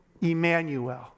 Emmanuel